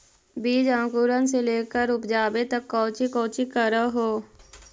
बीज अंकुरण से लेकर उपजाबे तक कौची कौची कर हो?